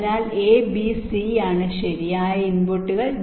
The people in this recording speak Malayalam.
അതിനാൽ എ ബി സിയാണ് ശരിയായ ഇൻപുട്ടുകൾ